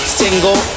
single